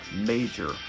major